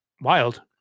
wild